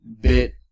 bit